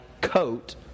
coat